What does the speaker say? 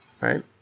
right